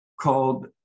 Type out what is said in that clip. called